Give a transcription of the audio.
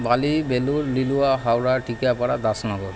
Bali Belur Liluah Howrah Tikiapara Dasnagar